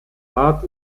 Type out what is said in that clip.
art